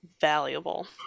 valuable